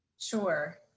Sure